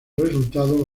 resultado